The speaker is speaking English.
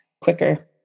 quicker